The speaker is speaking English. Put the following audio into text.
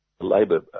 Labour